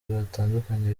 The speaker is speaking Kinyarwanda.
batandukanye